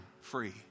free